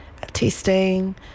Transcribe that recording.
testing